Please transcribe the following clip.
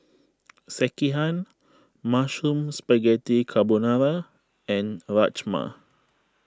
Sekihan Mushroom Spaghetti Carbonara and Rajma